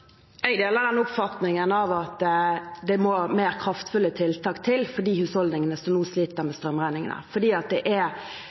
Jeg deler den oppfatningen at det må mer kraftfulle tiltak til for de husholdningene som nå sliter med